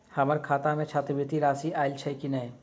हम्मर खाता मे छात्रवृति राशि आइल छैय की नै?